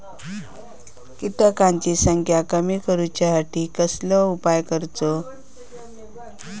किटकांची संख्या कमी करुच्यासाठी कसलो उपाय करूचो?